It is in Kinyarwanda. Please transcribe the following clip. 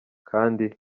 kandi